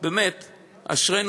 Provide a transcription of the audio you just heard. באמת, אשרינו.